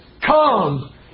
come